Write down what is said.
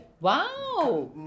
Wow